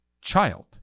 child